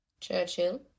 Churchill